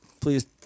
Please